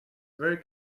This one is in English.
very